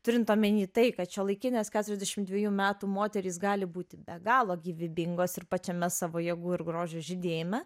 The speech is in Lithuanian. turint omeny tai kad šiuolaikinės keturiasdešimt dvejų metų moterys gali būti be galo gyvybingos ir pačiame savo jėgų ir grožio žydėjime